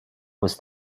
was